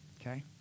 Okay